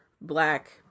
black